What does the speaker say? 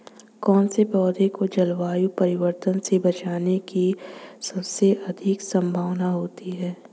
कौन से पौधे को जलवायु परिवर्तन से बचने की सबसे अधिक संभावना होती है?